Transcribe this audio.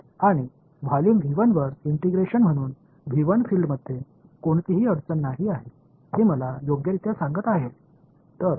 आणि व्हॉल्यूम 1 वर इंटिग्रेशन म्हणून फील्ड्समध्ये कोणतीही अडचण नाही आहे हे मला योग्यरित्या सांगत आहे